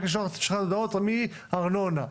רק לצורך שליחת הודעות מן הארנונה.